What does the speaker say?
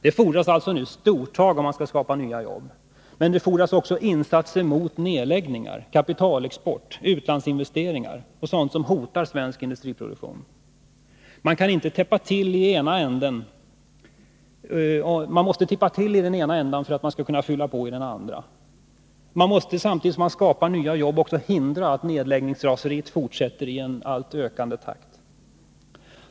Det fordras stortag om man skall skapa nya jobb. Men det fordras också insatser mot nedläggningar, kapitalexport, utlandsinvesteringar och sådant som hotar svensk industriproduktion. Man måste täppa till i den ena änden för att kunna fylla på i den andra. Man måste samtidigt som man skapar nya jobb också hindra att nedläggningsraseriet fortsätter i ökande takt.